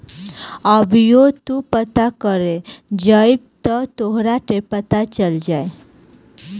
अभीओ तू पता करे जइब त तोहरा के पता चल जाई